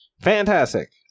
Fantastic